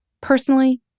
personally